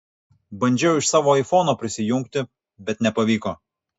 bandžiau iš savo aifono prisijungti bet nepavyko